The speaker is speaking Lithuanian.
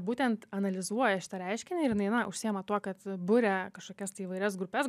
būtent analizuoja šitą reiškinį ir jinai na užsiima tuo kad buria kažkokias tai įvairias grupes